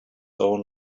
own